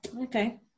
Okay